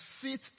sit